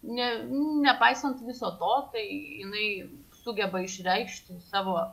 ne nepaisant viso to tai jinai sugeba išreikšti savo